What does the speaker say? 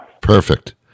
Perfect